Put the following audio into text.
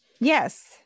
Yes